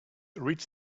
read